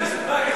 מה הקשר?